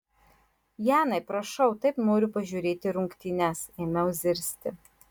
janai prašau taip noriu pažiūrėti rungtynes ėmiau zirzti